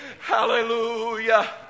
hallelujah